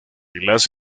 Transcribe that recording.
las